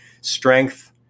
strength